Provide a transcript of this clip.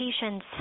patients